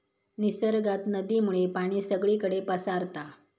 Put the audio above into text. निसर्गात नदीमुळे पाणी सगळीकडे पसारता